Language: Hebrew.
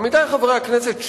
עמיתי חברי הכנסת,